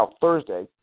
Thursday